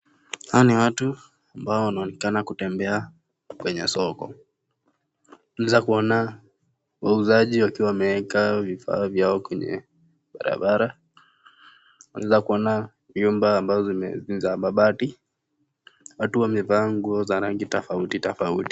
Hawa ni watu ambao wanaonekana kutembea kwenye soko. Unaweza kuona wauzaji wakiwa wameeka vifaa vyao kwenye barabara. Unaweza kuona nyumba ambazo ni za mabati. Watu wamevaa nguo za rangi tofauti tofauti.